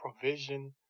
provision